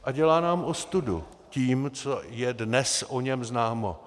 A dělá nám ostudu tím, co je dnes o něm známo.